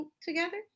together